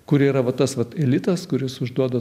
kurie yra vat tas vat elitas kuris užduoda